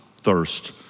thirst